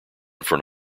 front